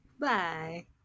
Bye